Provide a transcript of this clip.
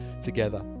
together